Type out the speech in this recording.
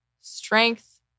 strength